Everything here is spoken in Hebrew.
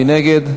מי נגד?